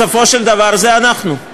בסופו של דבר, זה אנחנו.